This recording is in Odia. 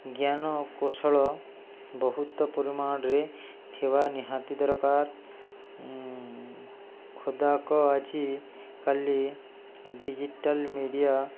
ଜ୍ଞାନ କୌଶଳ ବହୁତ ପରିମାଣରେ ଥିବା ନିହାତି ଦରକାର ଖୋଦାକ ଆଜି କାଲି ଡ଼ିଜିଟାଲ୍ ମିଡ଼ିଆ